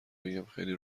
بگم، خیلی